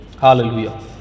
Hallelujah